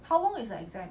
how long is the exam